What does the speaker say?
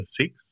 six